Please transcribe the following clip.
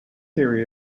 area